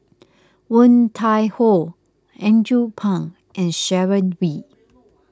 Woon Tai Ho Andrew Phang and Sharon Wee